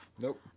Nope